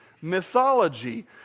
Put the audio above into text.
mythology